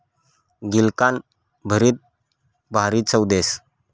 गिलकानं भरीत भारी चव देस